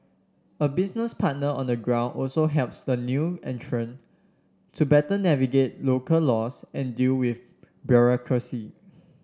a business partner on the ground also helps the new entrant to better navigate local laws and deal with bureaucracy